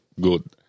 good